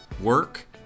work